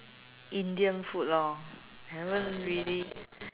Indian food lor haven't really